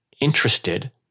interested